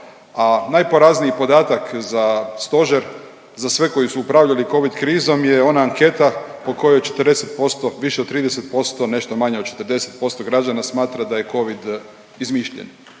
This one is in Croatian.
a najporazniji podatak za stožer, za sve koji su upravljali Covid krizom je ona anketa po kojoj 40%, više od 30%, nešto manje od 40% građana smatra da je Covid izmišljen.